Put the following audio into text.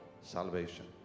salvation